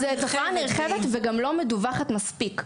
זו תופעה נרחבת וגם לא מדווחת מספיק,